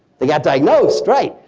they got diagnosed. right.